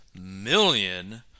million